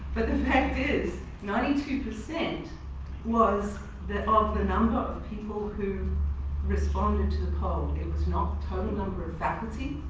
but the fact is ninety two percent was of the number of people who responded to the poll. it was not total number of faculty.